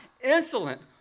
insolent